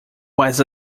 was